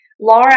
laura